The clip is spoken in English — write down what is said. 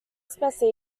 christmas